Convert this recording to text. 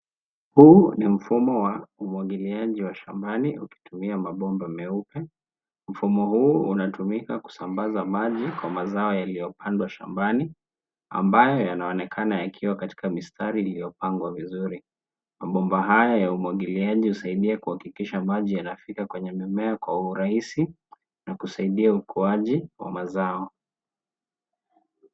Huu ni mfumo wa umwagiliaji wa shambani ukitumia mabomba meupe. Mfumo huu unatumika kusambaza maji kwa mazao yaliopandwa shambani ambayo yanawanekana yakiwa katika mistari iliopangwa vizuri. Mabomba haya ya umwagiliaji husaidia kuhakikisha maji yanafika kwenye mimea kwa uraisi na kusaidia ukuwaji wa mazao.